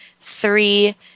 three